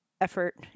effort